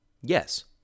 Yes